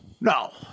No